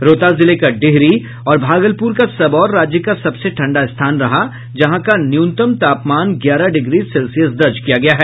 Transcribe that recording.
रोहतास जिले का डिहरी और भागलपुर का सबौर राज्य का सबसे ठंडा स्थान रहा जहां का न्यूनतम तापमान ग्यारह डिग्री सेल्सियस दर्ज किया गया है